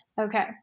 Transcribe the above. Okay